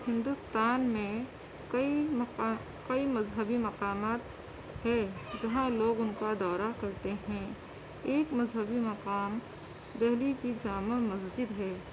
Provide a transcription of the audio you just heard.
ہندوستان میں کئی مقا کئی مذہبی مقامات ہے جہاں لوگ ان کا دورہ کرتے ہیں ایک مذہبی مقام دہلی کی جامع مسجد ہے